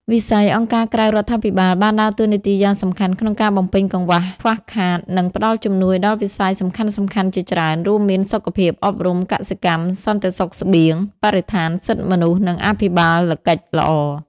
វិស័យអង្គការក្រៅរដ្ឋាភិបាលបានដើរតួនាទីយ៉ាងសំខាន់ក្នុងការបំពេញកង្វះខ្វះខាត និងផ្តល់ជំនួយដល់វិស័យសំខាន់ៗជាច្រើន រួមមាន សុខភាព អប់រំ កសិកម្ម សន្តិសុខស្បៀង បរិស្ថាន សិទ្ធិមនុស្ស និងអភិបាលកិច្ចល្អ។